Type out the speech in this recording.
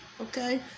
okay